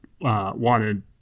wanted